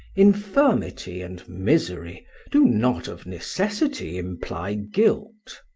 infirmity and misery do not of necessity imply guilt.